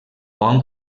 bon